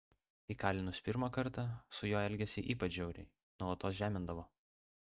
įkalinus pirmą kartą su juo elgėsi ypač žiauriai nuolatos žemindavo